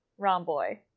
Romboy